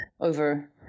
over